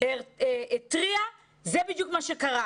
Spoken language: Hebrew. שימו לב לתוצאות לגבי צוות המורים: